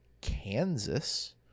Kansas